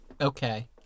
Okay